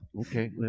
okay